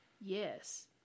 Yes